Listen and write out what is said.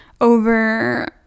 over